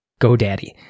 GoDaddy